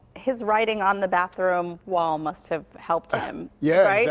his writing on the bathroom wall must have helped him, yeah